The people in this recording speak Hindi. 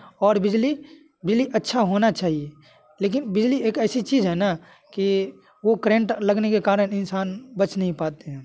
और बिजली बिजली अच्छा होना चाहिए लेकिन बिजली एक ऐसी चीज हैना कि वो करेंट लगने के कारण इंसान बच नहीं पाते हैं